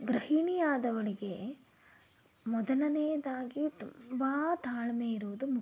ಗೃಹಿಣಿ ಆದವಳಿಗೆ ಮೊದಲನೆಯದಾಗಿ ತುಂಬ ತಾಳ್ಮೆ ಇರುವುದು ಮುಖ್ಯ